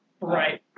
Right